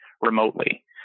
remotely